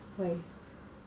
why